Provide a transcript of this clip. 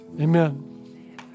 Amen